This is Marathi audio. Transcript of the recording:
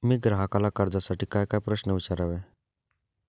मी ग्राहकाला कर्जासाठी कायकाय प्रश्न विचारावे?